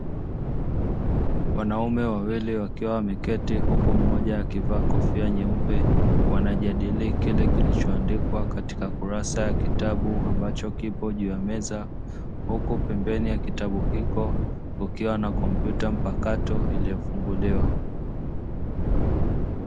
Wanaume wawili wakiwa wameketi, huku mmoja akivaa kofia nyeupe. Wanajadili kile ambacho kimeandikwa katika kurasa ya kitabu ambacho kipo juu ya meza. Huku pembeni ya kitabu hicho kukiwa na kompyuta mpakato iliyofunguliwa.